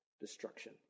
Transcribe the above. destruction